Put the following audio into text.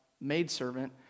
maidservant